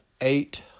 eight